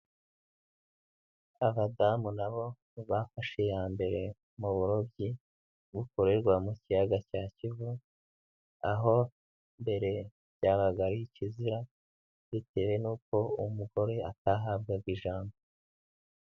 Abadamu nabo bafashe iya mbere mu burobyi bukorerwa mu kiyaga cya Kivu, aho mbere byabaga ari ikizira bitewe n'uko umugore atahabwaga ijambo.